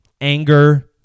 anger